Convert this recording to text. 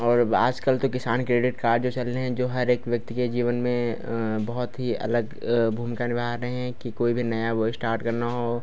और अब आज कल तो किसान क्रेडिट कार्ड जो चल रहे हैं जो हर एक व्यक्ति के जीवन में बहुत ही अलग भूमिका निभा रहे हैं कि कोई भी नया वह इश्टार्ट करना हो